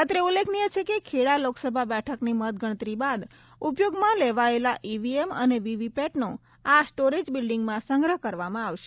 અત્રે ઉલ્લેખનીય છે કે ખેડા લોકસભા બેઠકની મતગણતરી બાદ ઉપયોગમાં લેવાયેલા ઇવીએમ અને વીવીપેટનો આ સ્ટોરેજ બિલ્ડીગમાં સંગ્રહ કરવામાં આવશે